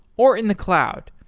or in the cloud.